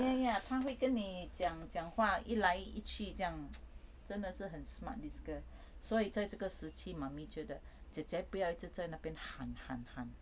ya ya ya 她会跟你讲讲话一来一去这样 真的是很 smart this girl 所以在这个时期 mummy 觉得姐姐不要在那边一直喊喊喊